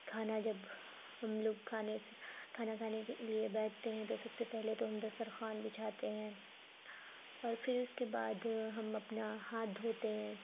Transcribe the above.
کھانا جب ہم لوگ کھانے سے کھانا کھانے کے لیے بیٹھتے ہیں تو سب سے پہلے تو ہم دسترخوان بچھاتے ہیں اور پھر اس کے بعد ہم اپنا ہاتھ دھوتے ہیں